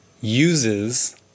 uses